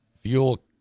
fuel